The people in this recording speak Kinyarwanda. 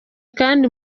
kandi